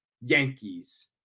Yankees